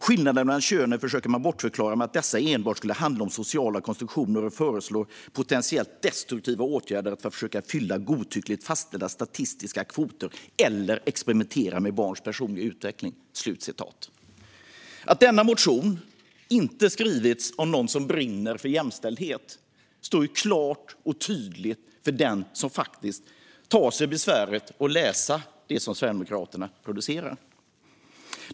Skillnader mellan könen försöker man bortförklara med att dessa enbart skulle handla om sociala konstruktioner och föreslår potentiellt destruktiva åtgärder för att försöka fylla godtyckligt fastställda statistiska kvoter eller experimentera med barns personliga utveckling." Att denna motion inte skrivits av någon som brinner för jämställdhet står klart och tydligt för den som tar sig besväret att läsa det som Sverigedemokraterna producerar.